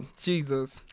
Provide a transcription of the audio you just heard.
Jesus